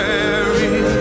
Mary